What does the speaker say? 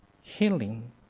healing